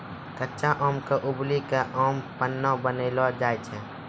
कच्चा आम क उबली कॅ आम पन्ना बनैलो जाय छै